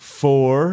four